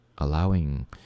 Allowing